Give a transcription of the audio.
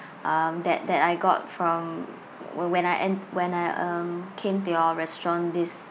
um that that I got from wh~ when I en~ when I um came to your restaurant this